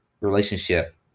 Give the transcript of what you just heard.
relationship